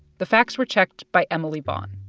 the facts were checked by emily vaughn.